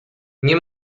nie